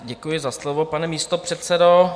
Děkuji za slovo, pane místopředsedo.